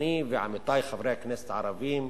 אני ועמיתי חברי הכנסת הערבים,